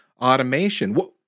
automation